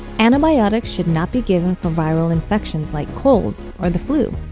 antibiotics should not be given for viral infections like colds or the flu,